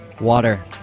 Water